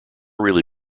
really